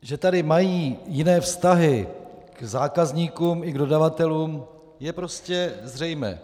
Že tady mají jiné vztahy k zákazníkům i k dodavatelům, je prostě zřejmé.